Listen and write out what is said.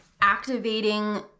activating